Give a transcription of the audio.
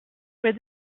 where